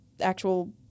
actual